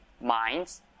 minds